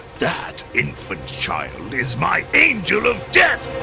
that infant child is my angel of death!